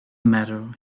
matter